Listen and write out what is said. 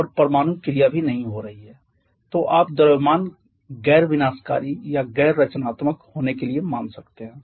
और परमाणु क्रिया भी नहीं हो रही है तो आप द्रव्यमान गैर विनाशकारी या गैर रचनात्मक होने के लिए मान सकते हैं